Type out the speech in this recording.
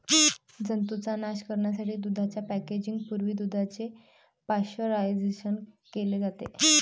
जंतूंचा नाश करण्यासाठी दुधाच्या पॅकेजिंग पूर्वी दुधाचे पाश्चरायझेशन केले जाते